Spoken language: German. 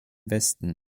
westen